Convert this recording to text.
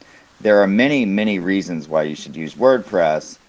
there are many, many reasons why you should use wordpress,